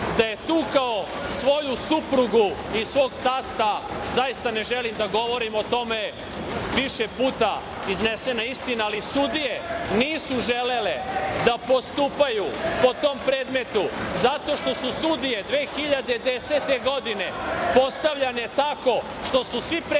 da je tukao svoju suprugu i svog tasta zaista ne želim da govorim o tome, više puta je iznesena ista, ali sudije nisu želele da postupaju po tom predmetu zato što su sudije 2010. godine postavljane tako što su svi predsednici